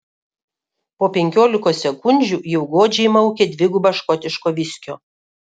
po penkiolikos sekundžių jau godžiai maukė dvigubą škotiško viskio